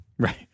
Right